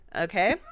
okay